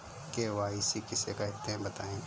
KYC किसे कहते हैं बताएँ?